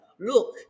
Look